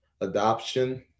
adoption